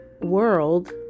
world